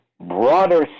broader